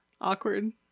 Awkward